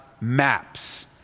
maps